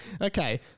Okay